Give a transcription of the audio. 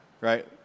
Right